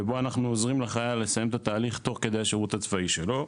ובו אנחנו עוזרים לחייל לסיים את התהליך תוך כדי השירות הצבאי שלו,